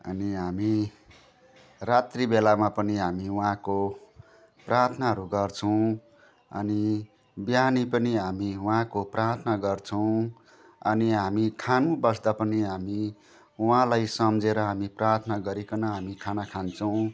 अनि हामी रात्री बेलामा पनि हामी उहाँको प्रार्थनाहरू गर्छौँ अनि बिहानै पनि हामी उहाँको प्रार्थना गर्छौँ अनि हामी खानु बस्दा पनि हामी उहाँलाई सम्झेर हामी प्रार्थना गरिकन हामी खाना खान्छौँ